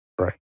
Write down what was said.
Right